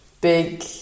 big